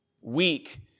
Weak